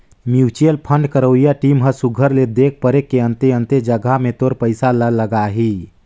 mutual fund करवइया team ह सुग्घर ले देख परेख के अन्ते अन्ते जगहा में तोर पइसा ल लगाहीं